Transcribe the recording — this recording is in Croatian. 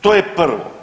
To je prvo.